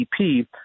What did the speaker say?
GDP